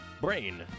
Brain